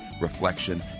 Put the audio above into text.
reflection